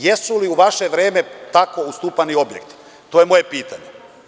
Jesu li u vaše vreme tako ustupani objekti, to je moje pitanje.